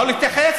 לא להתייחס?